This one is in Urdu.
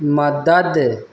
مدد